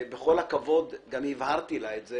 בכל הכבוד, גם הבהרתי לה את זה